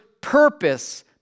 purpose